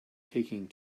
taking